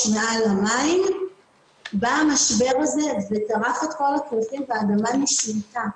מעל המים ובא המשבר הזה וטרף את כל הקלפים והאדמה נשמטה.